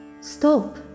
Stop